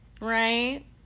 right